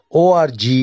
.org